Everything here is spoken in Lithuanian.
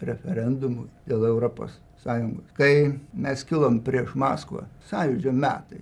referendumu dėl europos sąjungos kai mes kilom prieš maskvą sąjūdžio metai